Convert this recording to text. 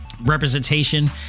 representation